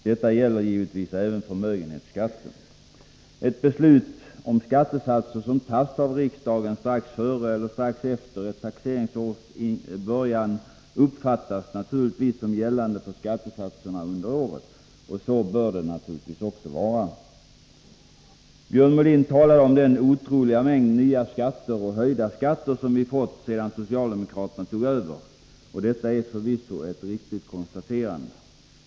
Detta gäller givetvis även förmögenhetsskatten. Ett beslut om skattesatser som tas av riksdagen strax före eller strax efter ett taxeringsårs början uppfattas naturligtvis som gällande för skattesatserna under året. Så bör det naturligtvis också vara. Björn Molin talade om den otroliga mängd nya skatter och höjda skatter som vi fått sedan socialdemokraterna tog över. Detta är förvisso ett riktigt konstaterande.